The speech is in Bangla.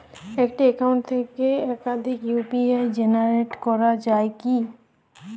একটি অ্যাকাউন্ট থেকে একাধিক ইউ.পি.আই জেনারেট করা যায় কি?